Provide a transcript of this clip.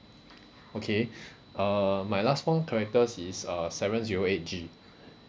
okay uh my last four characters is uh seven zero eight G